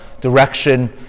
direction